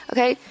Okay